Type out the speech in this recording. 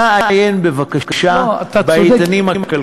נא עיין בבקשה, בעיתונים הכלכליים.